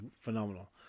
phenomenal